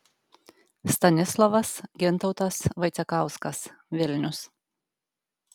stanislovas gintautas vaicekauskas vilnius